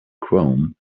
chrome